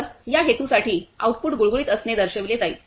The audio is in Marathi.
तर या हेतूसाठी आउटपुट गुळगुळीत म्हणून दर्शविले जाईल